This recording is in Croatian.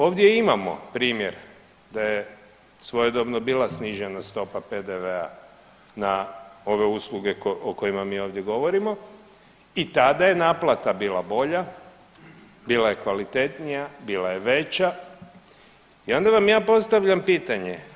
Ovdje imamo primjer da je svojedobno bila snižena stopa PDV-a na ove usluge o kojima mi ovdje govorimo i tada je naplata bila bolja, bila je kvalitetnija, bila je veća i onda vam ja postavljam pitanje.